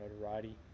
notoriety